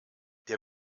der